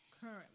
current